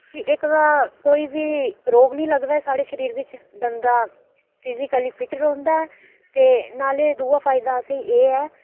कि इक तां कोई बी रोग निं लगदा ऐ साढ़े शरीर बिच बंदा फिजिकली फिट रौंह्दा ऐ ते नाले दूआ फायदा असें ई एह् ऐ